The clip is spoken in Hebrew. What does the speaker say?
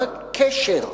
מה הקשר?